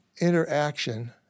interaction